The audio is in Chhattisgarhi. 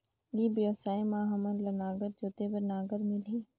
ई व्यवसाय मां हामन ला नागर जोते बार नागर मिलही?